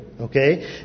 Okay